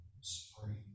spring